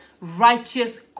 righteous